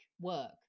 work